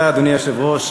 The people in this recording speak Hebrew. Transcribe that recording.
היושב-ראש,